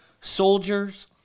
soldiers